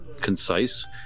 concise